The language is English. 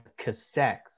Cassettes